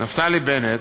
נפתלי בנט,